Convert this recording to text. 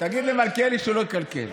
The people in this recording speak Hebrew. תגיד למלכיאלי שלא יקלקל.